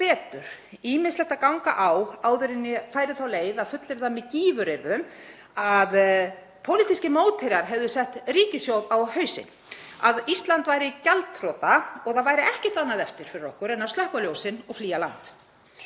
ýmislegt að ganga á áður en ég færi þá leið að fullyrða með gífuryrðum að pólitískir mótherjar hefðu sett ríkissjóð á hausinn, að Ísland væri gjaldþrota og það væri ekkert annað eftir fyrir okkur en að slökkva ljósin og flýja land.